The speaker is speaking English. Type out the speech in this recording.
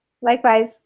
Likewise